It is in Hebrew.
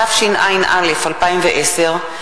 התשע"א 2010,